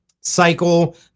cycle